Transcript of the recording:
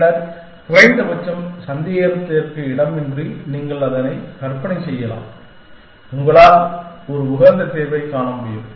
பின்னர் குறைந்தபட்சம் சந்தேகத்திற்கு இடமின்றி நீங்கள் அதை கற்பனை செய்யலாம் உங்களால் ஒரு உகந்த தீர்வைக் காண முடியும்